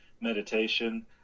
meditation